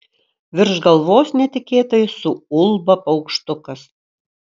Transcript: virš galvos netikėtai suulba paukštukas